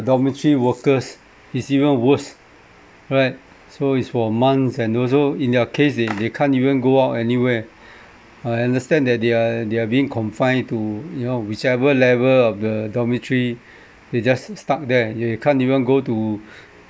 dormitory workers is even worst right so is for months and also in their case they they can't even go out anywhere I understand that they are they are being confined to you know whichever level of the dormitory they just stuck there they can't even go to